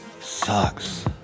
sucks